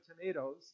tomatoes